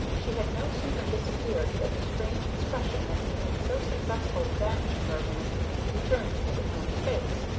she had no sooner disappeared than the strange expression that he had so successfully banished for a minute returned to the man's face,